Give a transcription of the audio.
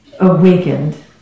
awakened